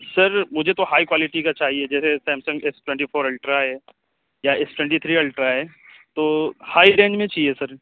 سر مجھے تو high quality کا چاہیے جیسے Samsung S twenty four ultra ہے یا ایس ٹوئنٹی تھری الٹرا ہے تو ہائی رینج میں چہیے سر